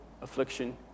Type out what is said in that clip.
affliction